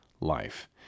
life